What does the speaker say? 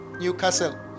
Newcastle